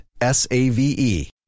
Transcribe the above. S-A-V-E